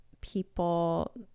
people